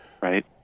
right